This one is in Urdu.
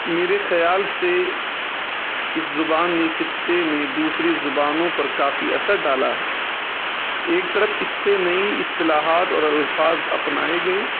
میرے خیال سے اس زبان نے خطے میں دوسری زبانوں پر کافی اثر ڈالا ہے ایک طرف اس سے نئی اصطلاحات اور الفاظ اپنائے گئے